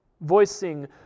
voicing